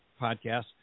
podcast